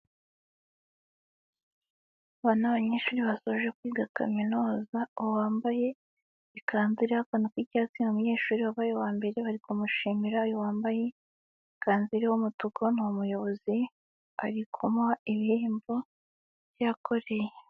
Aba ni abanyeshuri basoje kwiga kaminuza, uyu wambaye ikanzu iriho akantu k'icyatsi ni umunyeshuri wabaye uwa mbere bari kumushimira, uyu wambaye ikanzu iriho umutuku ni umuyobozi ari kumuha ibihembo yakoreye.